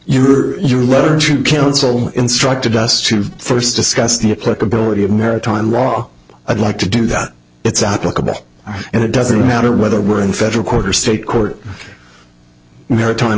your your letter to counsel instructed us to first discuss the pluck ability of maritime law i'd like to do that it's applicable and it doesn't matter whether we're in federal court or state court maritime